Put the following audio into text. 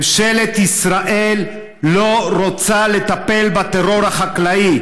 ממשלת ישראל לא רוצה לטפל בטרור החקלאי.